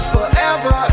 Forever